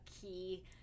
key